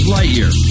Lightyear